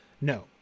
No